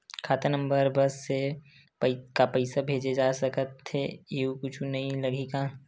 खाता नंबर बस से का पईसा भेजे जा सकथे एयू कुछ नई लगही का?